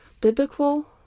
Biblical